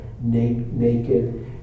naked